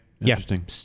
interesting